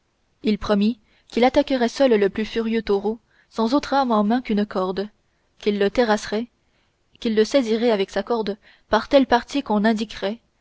il promit qu'il attaquerait seul le plus furieux taureau sans autre arme en main qu'une corde qu'il le terrasserait qu'il le saisirait avec sa corde par telle partie qu'on indiquerait